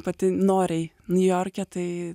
pati noriai niujorke tai